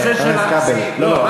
חבר הכנסת כבל, לא, לא.